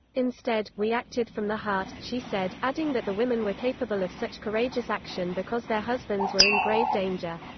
instead, we acted from the heart, she said, adding that the women were capable of such courageous action because their husbands were in grave danger.